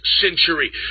century